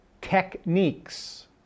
techniques